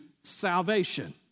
salvation